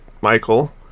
michael